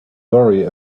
worry